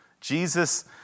Jesus